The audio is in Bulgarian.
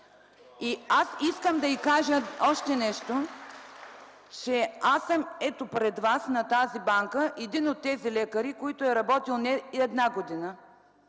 Аз искам да й кажа още нещо, че ето аз съм пред вас, на тази банка, един от тези лекари, които е работил не една година